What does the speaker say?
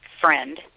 friend